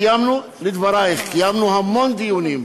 לדברייך, קיימנו המון דיונים,